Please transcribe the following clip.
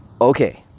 okay